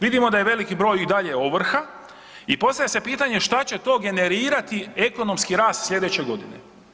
Vidimo da je veliki broj i dalje ovrha, i postavlja se pitanje šta će to generirati ekonomski rast sljedeće godine.